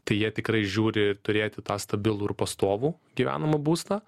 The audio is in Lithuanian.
tai jie tikrai žiūri turėti tą stabilų ir pastovų gyvenamą būstą